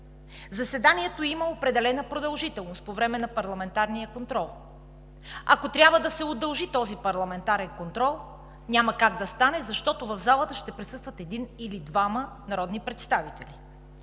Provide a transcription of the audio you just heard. Заседанието има определена продължителност – по време на парламентарния контрол. Ако трябва да се удължи този парламентарен контрол, няма как да стане, защото в залата ще присъстват един или двама народни представители.